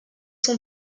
son